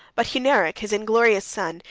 but hunneric, his inglorious son,